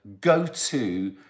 go-to